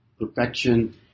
perfection